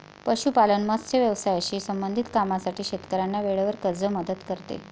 पशुपालन, मत्स्य व्यवसायाशी संबंधित कामांसाठी शेतकऱ्यांना वेळेवर कर्ज मदत करते